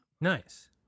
Nice